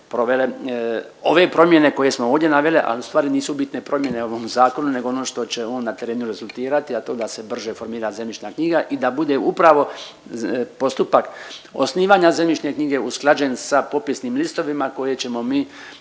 ove promjene koje smo ovdje navele a ustvari nisu bitne promjene u ovom zakonu nego ono što će on na terenu rezultirati, a to da se brže formira zemljišna knjiga i da bude upravo postupak osnivanja zemljišne knjige usklađen sa popisnim listovima koje ćemo mi